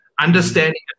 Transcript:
Understanding